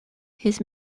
his